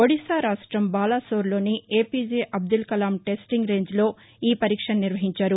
ఒడిషా రాష్టం బాలాసోర్ లోని APJ Abdul Kalam testing range లో ఈ పరీక్షను నిర్వహించారు